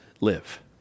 live